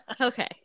okay